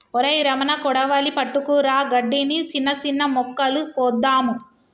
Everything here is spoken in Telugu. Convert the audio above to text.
ఒరై రమణ కొడవలి పట్టుకురా గడ్డిని, సిన్న సిన్న మొక్కలు కోద్దాము